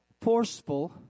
forceful